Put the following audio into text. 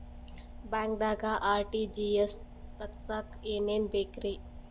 ಬ್ಯಾಂಕ್ದಾಗ ಆರ್.ಟಿ.ಜಿ.ಎಸ್ ತಗ್ಸಾಕ್ ಏನೇನ್ ಬೇಕ್ರಿ?